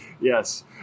Yes